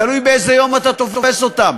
תלוי באיזה יום אתה תופס אותם,